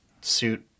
suit